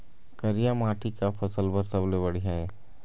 करिया माटी का फसल बर सबले बढ़िया ये?